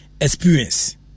experience